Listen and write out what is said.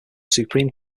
supreme